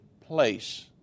place